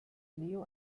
leo